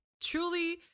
truly